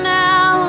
now